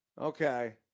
Okay